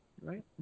right